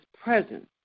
presence